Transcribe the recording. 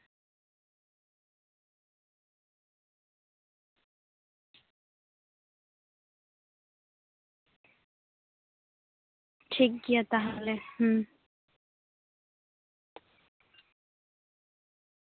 ᱴᱷᱤᱠᱜᱮᱭᱟ ᱛᱟᱦᱞᱮ ᱦᱩᱸ